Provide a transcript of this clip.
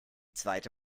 zweite